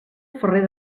ferrer